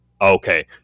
okay